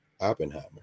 Oppenheimer